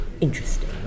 interesting